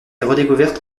redécouverte